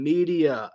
Media